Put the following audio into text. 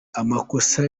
amakosa